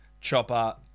chopper